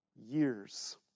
years